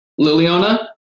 Liliana